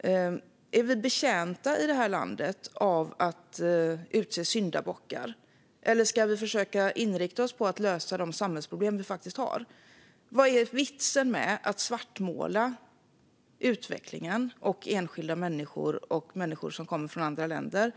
Är vi i det här landet betjänta av att utse syndabockar, eller ska vi försöka inrikta oss på att lösa de samhällsproblem vi faktiskt har? Vad är vitsen med att svartmåla utvecklingen och enskilda människor som kommer från andra länder?